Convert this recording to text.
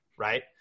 right